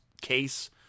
case